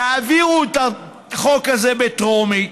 תעבירו את החוק הזה בטרומית,